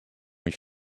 each